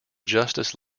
justice